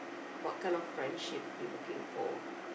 what kind of friendship you looking for